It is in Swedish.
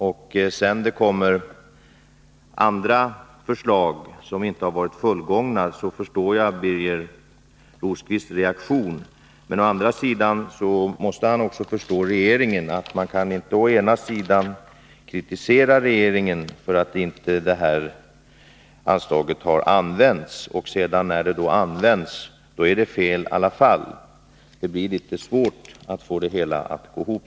Det har sedan presenterats andra förslag, som inte har varit fullgångna, och jag kan förstå Birger Rosqvists reaktion, men han måste också förstå regeringen. Man kan inte kritisera regeringen för att anslaget inte har utnyttjats och sedan, när anslaget tas i anspråk, säga att också det är fel. Då blir det svårt att få det hela att gå ihop.